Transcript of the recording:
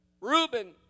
Reuben